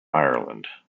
ireland